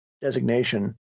designation